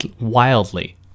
wildly